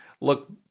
look